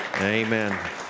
Amen